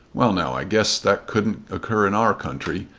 well now, i guess, that couldn't occur in our country.